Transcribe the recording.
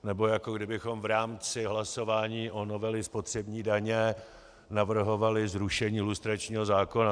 Nebo jako kdybychom v rámci hlasování u novely o spotřební dani navrhovali zrušení lustračního zákona.